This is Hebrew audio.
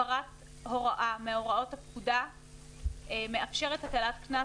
הפרת הוראה מהוראות הפקודה מאפשרת הטלת קנס